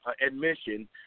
admission